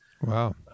Wow